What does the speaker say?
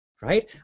right